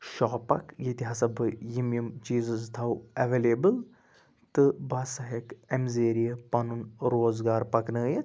shop اکھ ییٚتہِ ہَسا بہٕ یِم یِم چیٖزٕز تھاو ایٚولیبٕل تہٕ بہٕ ہَسا ہیٚکہٕ اَمہِ ذٔریعہٕ پَنُن روزگار پَکنٲیِتھ